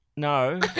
No